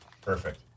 Perfect